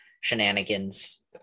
shenanigans